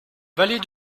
valet